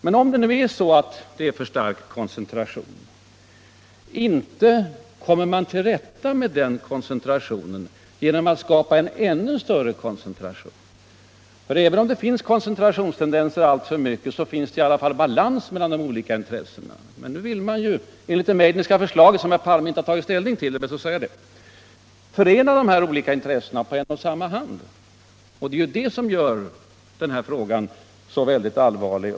Men om det nu är för stark koncentration så kommer man ju inte till rätta med denna genom att skapa en ännu större koncentration. Även om det finns koncentrationstendenser i alltför hög grad finns det i alla fall balans mellan de olika intressena. Nu vill man enligt det Meidnerska förslaget, som herr Palme inte har tagit ställning till — det är bäst att säga det —- förena dessa intressen på en och samma hand, och just detta gör ju den här frågan så väldigt allvarlig.